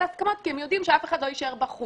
הסכמות כי הם יודעים שאף אחד לא יישאר בחוץ.